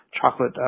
chocolate